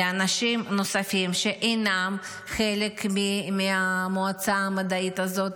לאנשים נוספים שאינם חלק מהמועצה המדעית הזאת,